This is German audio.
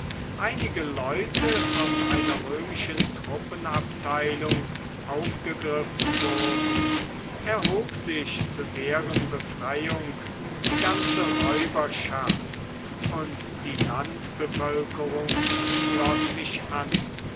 einige leute von einer römischen truppenabteilung aufgegriffen wurden erhob sich zu deren befreiung die ganze räuberschaft und die landbevölkerung schloß sich an